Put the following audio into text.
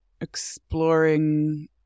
exploring